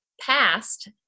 past